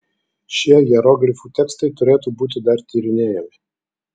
šie hieroglifų tekstai turėtų būti dar tyrinėjami